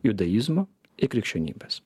judaizmo i krikščionybės